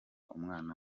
umwana